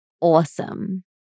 awesome